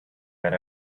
that